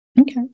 Okay